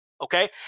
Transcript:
okay